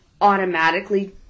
automatically